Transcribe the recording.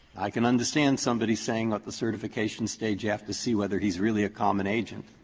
i can understand somebody saying at the certification stage they have to see whether he's really a common agent.